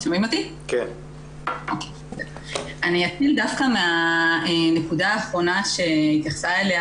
אני אתחיל דווקא מהנקודה האחרונה שהתייחסה אליה